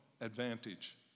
advantage